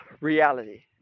reality